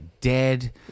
dead